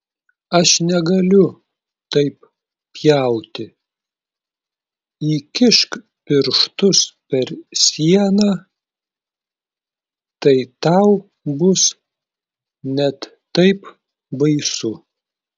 aš negaliu taip pjauti įkišk pirštus per sieną tai tau bus net taip baisu